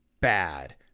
bad